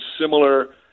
similar